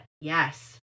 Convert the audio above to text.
Yes